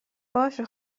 باشه